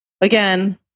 Again